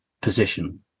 position